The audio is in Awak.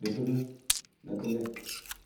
dɪ dɛttʊ mɔn dɪ hɛtʊ lɛ